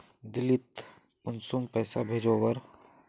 दिल्ली त कुंसम पैसा भेज ओवर?